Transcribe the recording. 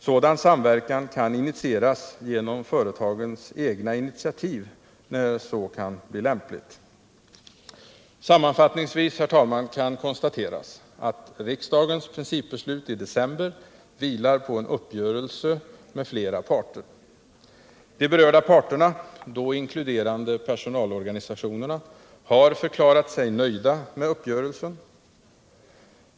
Sådan samverkan kan initieras genom företagens egna initiativ, då så kan bli lämpligt. Sammanfattningsvis kan konstateras att riksdagens principbeslut i december vilar på en uppgörelse med flera parter. De berörda parterna — inkluderande personalorganisationerna — har förklarat sig nöjda med uppgörelsen.